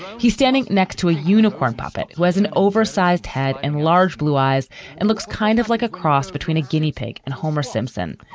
he's standing next to a unicorn puppet who has an oversized head and large blue eyes and looks kind of like a cross between a guinea pig and homer simpson.